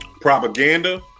propaganda